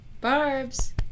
Barbs